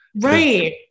right